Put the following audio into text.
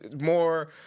more